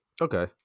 Okay